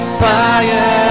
fire